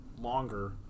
longer